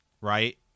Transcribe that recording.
right